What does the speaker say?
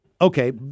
okay